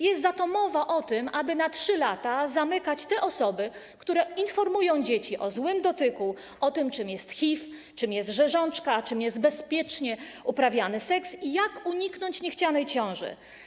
Jest za to mowa o tym, aby na 3 lata zamykać te osoby, które informują dzieci o złym dotyku, o tym, czym jest HIV, czym jest rzeżączka, czym jest bezpiecznie uprawiany seks i jak uniknąć niechcianej ciąży.